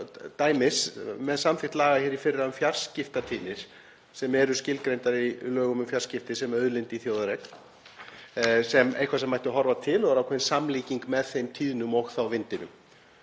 dæmis, með samþykkt laga í fyrra um fjarskiptatíðnir sem eru skilgreindar í lögum um fjarskipti sem auðlind í þjóðareign, sem einhvers sem mætti horfa til og er ákveðin samlíking með þeim tíðnum og þá vindinum,